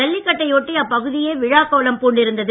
ஜல்லிக்கட்டையொட்டி அப்பகுதியே விழாக்கோலம் பூண்டிருந்தது